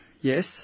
Yes